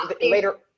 later